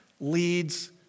leads